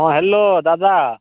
ହଁ ହ୍ୟାଲୋ ଦାଦା